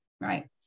Right